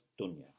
dunya